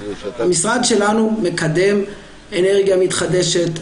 המשרד שלנו מקדם אנרגיה מתחדשת,